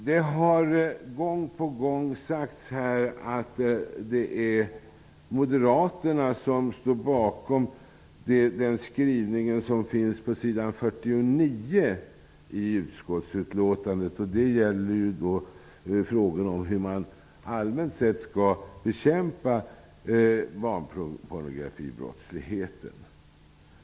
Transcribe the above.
Det har gång på gång sagts att det är moderaterna som står bakom den skrivning som finns på s. 49 i utskottsbetänkandet. Det gäller frågan om hur man allmänt sett skall bekämpa barnpornografibrottslighet.